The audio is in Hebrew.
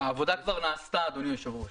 העבודה כבר נעשתה, אדוני היושב-ראש.